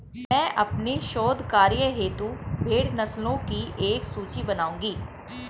मैं अपने शोध कार्य हेतु भेड़ नस्लों की एक सूची बनाऊंगी